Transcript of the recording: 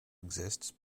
exists